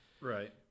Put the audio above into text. Right